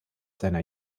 seiner